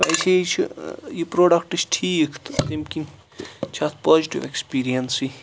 یہِ پروڈَکٹ چھُ ٹھیٖک تمہِ کِن چھُ اتھ پازٹِو ایٚکسپیٖریَنسی